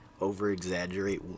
over-exaggerate